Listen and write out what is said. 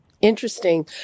Interesting